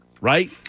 Right